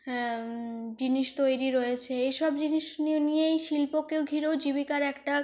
জিনিস তৈরি রয়েছে এসব জিনিস নিয়েই শিল্পকে ঘিরেও জীবিকার একটা